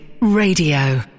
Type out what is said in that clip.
Radio